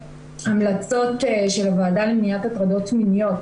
המלצות של הוועדה למניעת הטרדות מיניות.